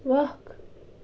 وَق